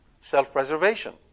self-preservation